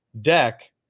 deck